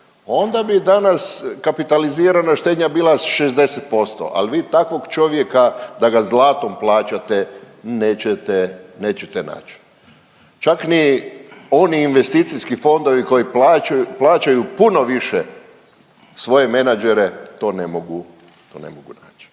onda bi danas kapitalizirana štednja bila 60%, ali vi takvog čovjeka da ga zlatom plaćate nećete naći. Čak ni oni investicijski fondovi koji plaćaju puno više svoje menadžere to ne mogu naći.